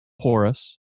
porous